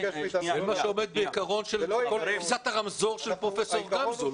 זה מה שעומד בעיקרון של כל תפיסת הרמזור של פרופ' גמזו,